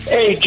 Hey